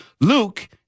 Luke